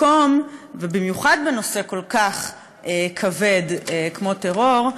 במיוחד בנושא כל כך כבד כמו טרור,